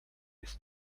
his